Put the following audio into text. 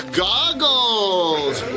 goggles